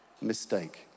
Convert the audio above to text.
mistake